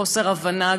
חוסר הבנה,